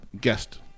guest